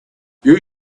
you